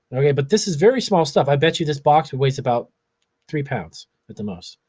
yeah but this is very small stuff. i bet you this box weighs about three pounds at the most.